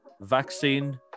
Vaccine